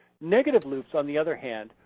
negative loops, on the other hand,